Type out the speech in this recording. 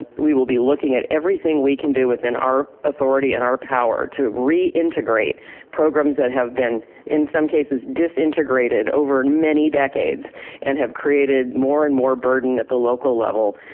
ah we will be looking at everything we can do within our authority and our power to reintegrate programs that have been in some cases disintegrated over and many decades and have created more and more burden at the local level.